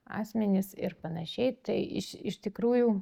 asmenis ir panašiai tai iš tikrųjų